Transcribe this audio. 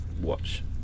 Watch